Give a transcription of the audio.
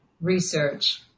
research